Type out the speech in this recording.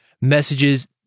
messages